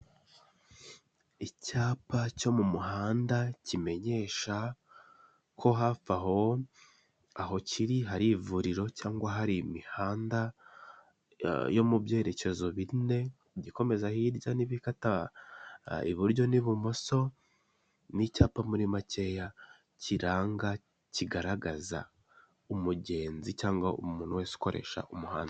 Icyapa cyo mu muhanda kimenyesha ko hafi aho, aho kiri, hari ivuriro cyangwa hari imihanda yo mu byerekezo bine, igikomeza hirya n'ibikata iburyo n'ibumoso, ni icyapa muri makeya kiranga, kigaragaza umugenzi cyangwa umuntu wese ukoresha umuhanda.